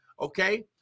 Okay